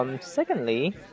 Secondly